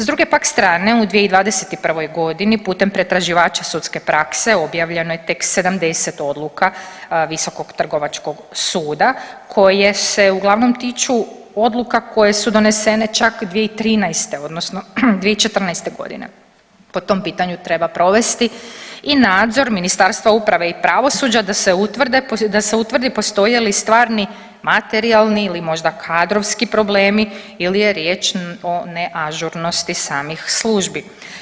S druge pak strane u 2021. godini putem pretraživača sudske prakse objavljeno je tek 70 odluka Visokog trgovačkog suda koje se uglavnom tiču odluka koje su donesene čak 2013. odnosno 2014. godine, po tom pitanju treba provesti i nadzor Ministarstva uprave i pravosuđa da se utvrdi postoje li stvarni, materijalni ili možda kadrovski problemi ili je riječ o neažurnosti samih službi.